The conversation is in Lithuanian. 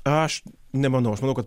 aš nemanau aš manau kad